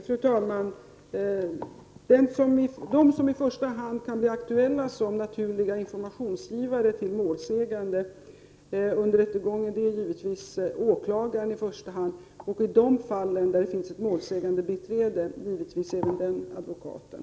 Fru talman! De som i första hand kan bli aktuella som naturliga informationsgivare till målsägande under rättegången är givetvis i första hand åklagaren och, i det fall där det finns målsägandebiträde, advokaten.